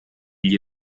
gli